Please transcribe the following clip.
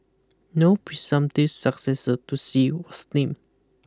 no presumptive successor to Xi was named